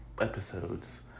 episodes